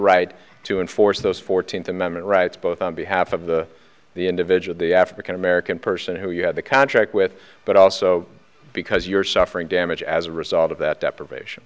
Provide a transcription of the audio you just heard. right to enforce those fourteenth amendment rights both on behalf of the the individual the african american person who you have a contract with but also because you're suffering damage as a result of that deprivation